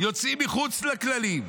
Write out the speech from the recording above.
יוצאים מחוץ לכללים.